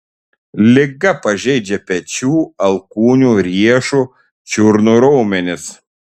liga pažeidžia pečių alkūnių riešų čiurnų raumenis